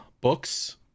books